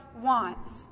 wants